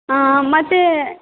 ಹಾಂ ಮತ್ತೆ